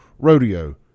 Rodeo